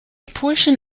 portion